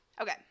okay